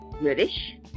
British